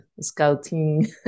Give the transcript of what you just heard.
scouting